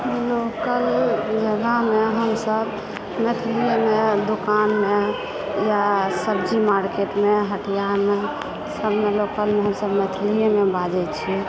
local लेवलमे हमसभ मैथिलिएमे दोकानमे या सब्जी मार्केटमे या हटियामे सभमे लोकलमे हमसभ मैथिलिएमे बाजै छी